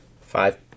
Five